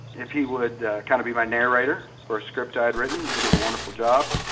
if he would kind of be my narrator for a script i had written. he did a wonderful job.